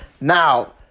Now